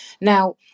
Now